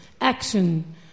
action